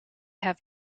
have